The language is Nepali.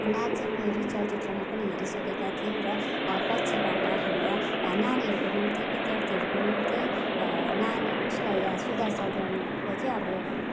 नाचे मयूरी चलचित्रमा पनि हेरिसकेका थियौँ र पछिबाट हाम्रा नानीहरूको निम्ति विद्यार्थीहरूको निम्ति नानी उसलाई सुधा चन्द्रनको चाहिँ अब